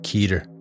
Keter